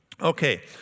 Okay